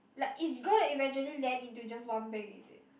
like is gonna eventually land into just one bank is it